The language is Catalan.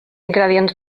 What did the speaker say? ingredients